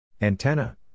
Antenna